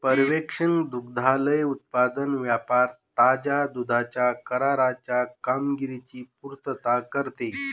पर्यवेक्षण दुग्धालय उत्पादन व्यापार ताज्या दुधाच्या कराराच्या कामगिरीची पुर्तता करते